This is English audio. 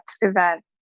event